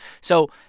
So-